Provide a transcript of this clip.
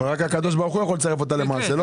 אבל רק הקדוש ברוך הוא יכול לצרף אותה למעשה.